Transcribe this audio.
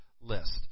list